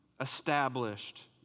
established